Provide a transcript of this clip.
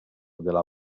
della